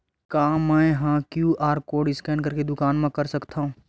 का मैं ह क्यू.आर कोड स्कैन करके दुकान मा कर सकथव?